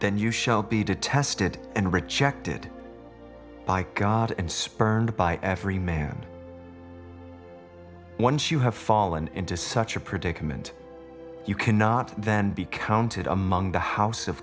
then you shall be detested and rejected by god and spurned by every man once you have fallen into such a predicament you cannot then be counted among the house